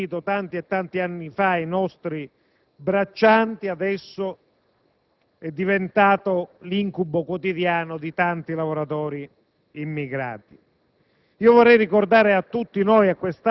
e che dopo tanti e tanti anni è tornata nuovamente agli onori delle cronache ed è diventata uno degli incubi di tante campagne, di tante